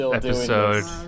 episode